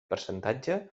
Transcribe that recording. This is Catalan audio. percentatge